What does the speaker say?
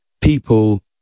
people